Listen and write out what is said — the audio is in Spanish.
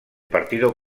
partido